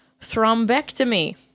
thrombectomy